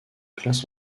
classe